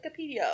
Wikipedia